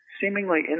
seemingly